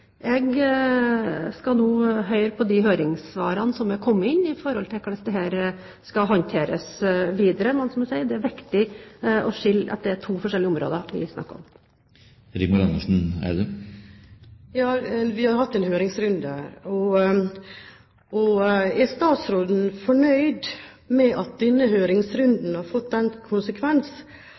Jeg skal nå høre på de høringssvarene som er kommet inn med hensyn til hvordan dette skal håndteres videre. Men som jeg sier, det er viktig å skille her; det er to forskjellige områder vi snakker om. Vi har hatt en høringsrunde. Er statsråden fornøyd med at denne høringsrunden har fått den konsekvens